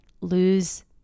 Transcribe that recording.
lose